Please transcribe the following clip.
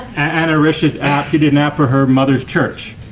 anna rish's app, she did an app for her mother's church.